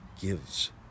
gives